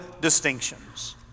distinctions